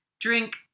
drink